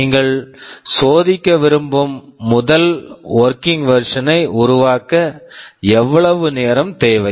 நீங்கள் சோதிக்க விரும்பும் முதல் ஒர்க்கிங் வெர்சனை working version உருவாக்க எவ்வளவு நேரம் தேவை